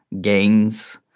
games